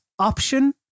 option